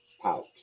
pouch